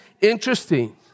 interesting